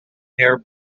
near